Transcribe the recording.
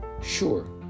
sure